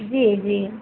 जी जी